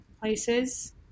places